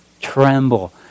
Tremble